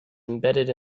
embedded